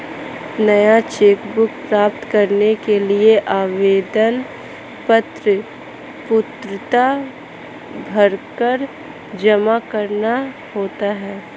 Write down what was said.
नया cheque book प्राप्त करने के लिए आवेदन पत्र पूर्णतया भरकर जमा करना होता है